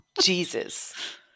Jesus